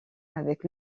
avec